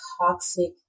toxic